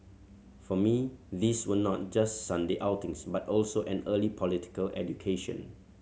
for me these were not just Sunday outings but also an early political education